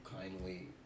kindly